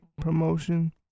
promotion